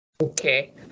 okay